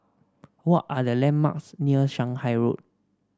what are the landmarks near Shanghai Road